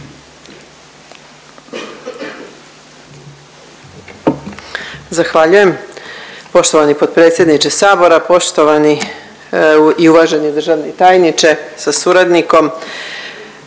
Zahvaljujem poštovani potpredsjedniče sabora, poštovani i uvaženi državni tajniče sa suradnikom.